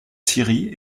syrie